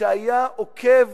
שהיה עוקב